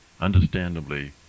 Understandably